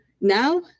now